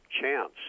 chance